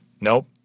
Nope